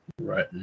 Right